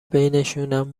بینشونم